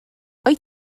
wyt